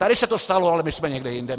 Tady se to stalo, ale my jsme někde jinde.